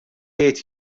jgħid